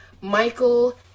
Michael